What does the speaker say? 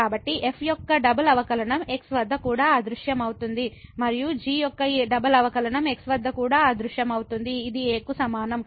కాబట్టి f యొక్క double అవకలనం x వద్ద కూడా అదృశ్యమవుతుంది మరియు g యొక్క ఈ డబుల్ అవకలనం x వద్ద కూడా అదృశ్యమవుతుంది ఇది a కు సమానం